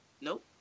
Nope